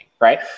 right